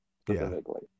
specifically